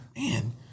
man